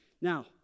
Now